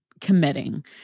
committing